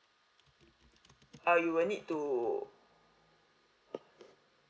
uh you will need to